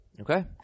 Okay